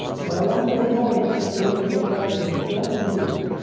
but i want you to notice that the angel tells him don't you do that.